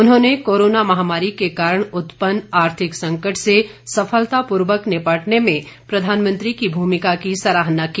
उन्होंने कोरोना महामारी के कारण उत्पन्न आर्थिक संकट से सफलतापूर्वक निपटने में प्रधानमंत्री की भूमिका की सराहना की